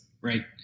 right